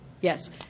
Yes